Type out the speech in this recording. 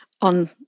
on